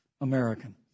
American